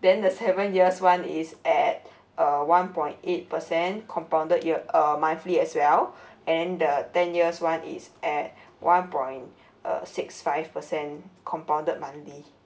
then the seven years one is at uh one point eight percent compounded year uh monthly as well and the ten years one is at one point err six five percent compounded monthly